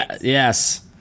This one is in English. yes